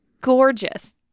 gorgeous